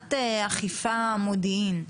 מבחינת אכיפה ומודיעין,